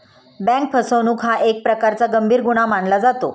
bank फसवणूक हा एक प्रकारचा गंभीर गुन्हा मानला जातो